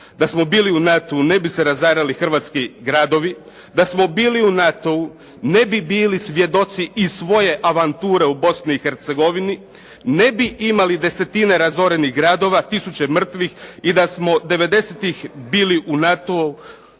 Da smo bili u NATO-u ne bi se razarali hrvatski gradovi, da smo bili u NATO-u ne bi bili svjedoci i svoje avanture u Bosni i Hercegovini, ne bi imali desetine razorenih gradova, tisuće mrtvih i da smo devedesetih bili u NATO-u